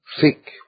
thick